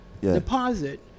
deposit